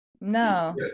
No